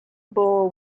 bowl